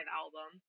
album